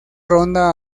ronda